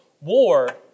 war